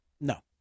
No